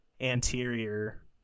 anterior